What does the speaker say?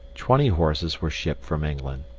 twenty horses were shipped from england.